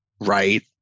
right